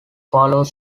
follow